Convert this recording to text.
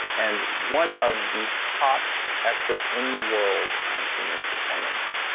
and one of the top experts in the world on human performance.